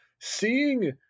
seeing –